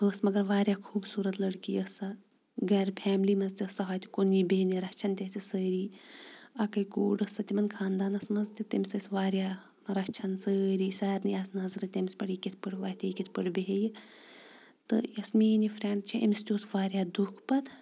ٲس مگر واریاہ خوٗبصورت لڑکی ٲس سۄ گَرِ پھیملی منٛز تہِ ٲس سۄ ہۄتہِ کُنی بیٚنہِ رچھان تہِ ٲسِس سٲری اَکٕے کوٗر ٲس سۄ تِمن خاندانس منٛز تہٕ تٔمِس ٲسۍ واریاہ رچھان سٲری سارنٕے آسہٕ نظرٕ تٔمِس پٮ۪ٹھ یہِ کِتھ پٲٹھۍ وۄتھِ یہِ کِتھ پٲٹھۍ بیٚہہِ تہٕ یۄس میٲنۍ یہِ فرینڈ چھِ أمس تہِ اوس واریاہ دُکھ پتہٕ